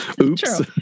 Oops